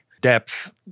depth